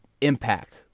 impact